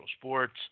sports